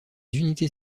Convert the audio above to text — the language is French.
unités